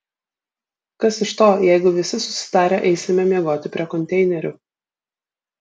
kas iš to jeigu visi susitarę eisime miegoti prie konteinerių